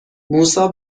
موسی